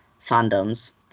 fandoms